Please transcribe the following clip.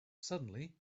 suddenly